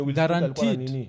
guaranteed